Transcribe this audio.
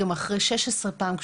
גם אחרי 16 פעמים,